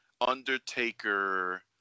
Undertaker